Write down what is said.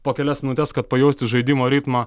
po kelias minutes kad pajausti žaidimo ritmą